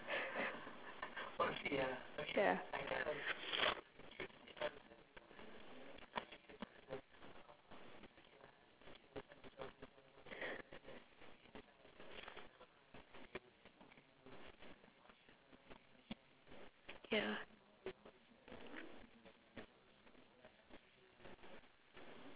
ya ya